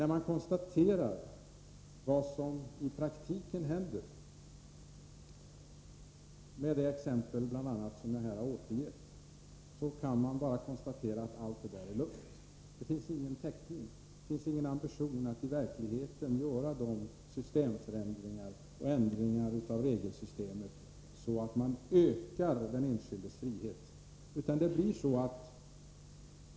Med tanke på vad som i praktiken händer — vilket framgår av de exempel som jag anfört — kan man bara konstatera att allt det där är luft. Det finns ingen täckning, det finns ingen ambition att i verkligheten göra systemförändringar och ändringar i regelsystemet så att man ökar den enskildes frihet.